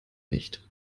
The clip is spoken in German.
nicht